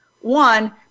One